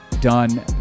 done